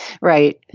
Right